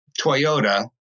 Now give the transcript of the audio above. Toyota